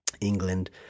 England